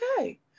okay